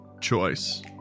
choice